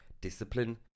discipline